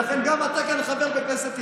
לכן גם אתה כאן חבר בכנסת ישראל.